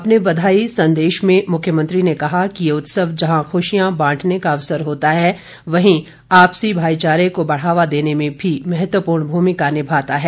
अपने बधाई संदेश में मुख्यमंत्री ने कहा कि ये उत्सव जहां खुशियां बांटने का अवसर देता है वहीं आपसी भाईचारे को बढ़ावा देने में भी महत्वपूर्ण भूमिका निभाता है